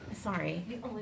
Sorry